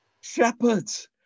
Shepherds